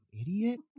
idiot